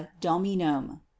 dominum